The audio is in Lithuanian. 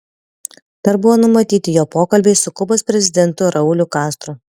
dar buvo numatyti jo pokalbiai su kubos prezidentu rauliu castro